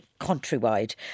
Countrywide